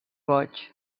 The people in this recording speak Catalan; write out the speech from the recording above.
boig